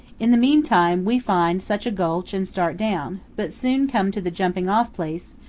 in the meantime we find such a gulch and start down, but soon come to the jumping-off place,